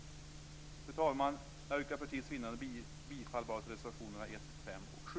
Fru talman! För tids vinnande yrkar jag bara bifall till reservationerna 1, 5 och 7.